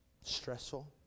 Stressful